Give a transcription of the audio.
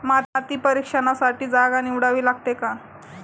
माती परीक्षणासाठी जागा निवडावी लागते का?